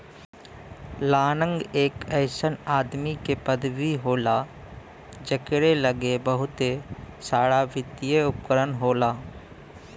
लांग एक अइसन आदमी के पदवी होला जकरे लग्गे बहुते सारावित्तिय उपकरण होला